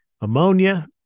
Ammonia